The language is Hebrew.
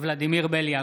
ולדימיר בליאק,